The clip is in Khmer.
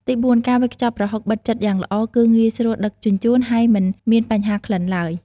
ទីបួន ការវេចខ្ចប់ប្រហុកបិទជិតយ៉ាងល្អ គឺ ងាយស្រួលដឹកជញ្ជូន ហើយមិនមានបញ្ហាក្លិនឡើយ។